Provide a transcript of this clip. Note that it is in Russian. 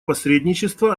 посредничества